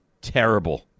terrible